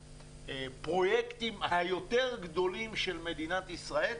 מהפרויקטים היותר גדולים של מדינת ישראל.